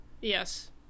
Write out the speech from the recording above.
Yes